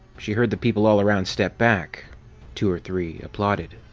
she heard the people all around step back two or three applauded.